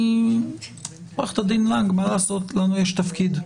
עו"ד לנג, לנו יש תפקיד.